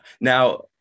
Now